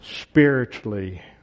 spiritually